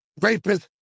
rapists